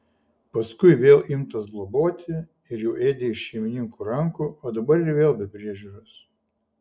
paskui vėl imtas globoti ir jau ėdė iš šeimininkų rankų o dabar ir vėl be priežiūros